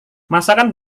masakan